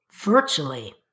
virtually